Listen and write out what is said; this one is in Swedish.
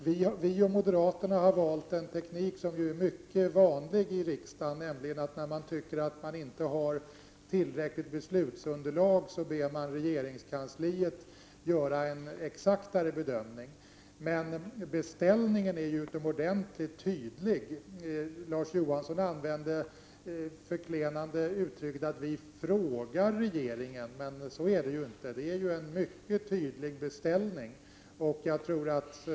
Folkpartiet och moderaterna har valt en teknik som är mycket vanlig i riksdagen, nämligen att man ber regeringskansliet göra en mer exakt bedömning, när man tycker att man inte har tillräckligt beslutsunderlag. Beställningen är utomordentligt tydlig. Larz Johansson använde förklenande uttryck och sade att vi ”frågar” regeringen. Så är det inte. Vi gör en mycket tydlig beställning.